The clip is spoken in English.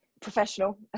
professional